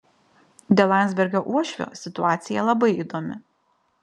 dėl landsbergio uošvio situacija labai įdomi